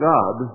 God